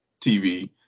TV